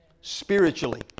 spiritually